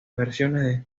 versiones